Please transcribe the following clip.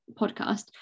podcast